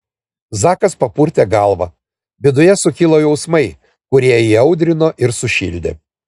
zakas papurtė galvą viduje sukilo jausmai kurie įaudrino ir sušildė